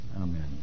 Amen